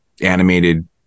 Animated